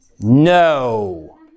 No